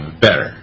better